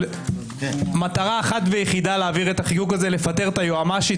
מטרה אחרת ויחידה - לפטר את היועמ"שית,